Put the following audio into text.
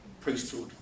priesthood